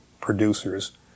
producers